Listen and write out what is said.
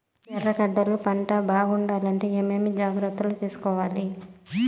ఎర్రగడ్డలు పంట బాగుండాలంటే ఏమేమి జాగ్రత్తలు తీసుకొవాలి?